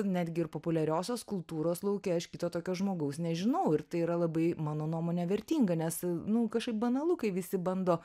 netgi ir populiariosios kultūros lauke aš kito tokio žmogaus nežinau ir tai yra labai mano nuomone vertinga nes nu kažkaip banalu kai visi bando